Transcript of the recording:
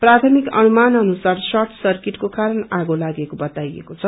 प्राथमिक अनुमान अनुसार सर्ट सर्किटको कारण आगो लागेको बताइकऐ छ